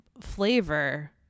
flavor